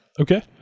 Okay